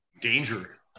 Danger